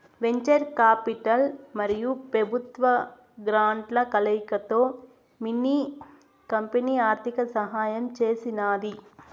venture capital మరియు పెబుత్వ గ్రాంట్ల కలయికతో మిన్ని కంపెనీ ఆర్థిక సహాయం చేసినాది